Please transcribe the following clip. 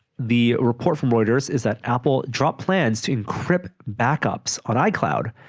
the report from reuters is that apple dropped plans to encrypt backups on icloud